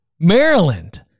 Maryland